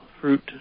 fruit